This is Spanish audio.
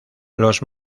los